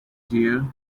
dear